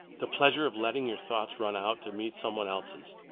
the pleasure of letting your thoughts run out to meet some one else's,